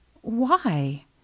Why